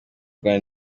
kw’isi